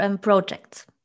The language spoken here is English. projects